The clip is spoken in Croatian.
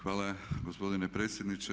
Hvala gospodine predsjedniče.